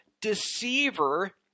deceiver